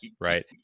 right